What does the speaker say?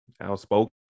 outspoken